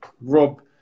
Rob